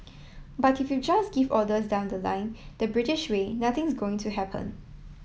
but if you just give orders down the line the British way nothing's going to happen